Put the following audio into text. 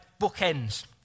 bookends